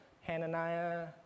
Hananiah